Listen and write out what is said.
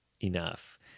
enough